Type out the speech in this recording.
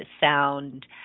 sound